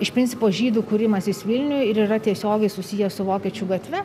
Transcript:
iš principo žydų kūrimasis vilniuj ir yra tiesiogiai susiję su vokiečių gatve